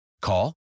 Call